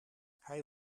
hij